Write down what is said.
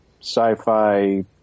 sci-fi